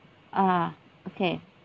ah okay